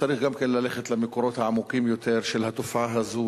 צריך ללכת גם למקורות העמוקים יותר של התופעה הזאת,